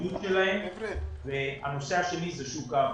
השרידות שלהם, והנושא השני הוא שוק העבודה.